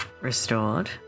restored